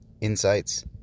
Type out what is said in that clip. insights